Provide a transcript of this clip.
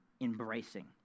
embracing